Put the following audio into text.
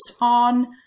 on